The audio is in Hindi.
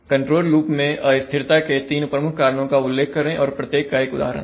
कंट्रोल लूप में अस्थिरता के तीन प्रमुख कारणों का उल्लेख करें और प्रत्येक का एक उदाहरण दें